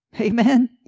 Amen